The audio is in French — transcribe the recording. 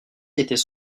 était